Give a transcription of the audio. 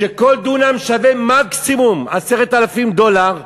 שכל דונם שווה מקסימום 10,000 דולר,